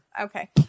okay